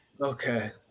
Okay